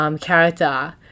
character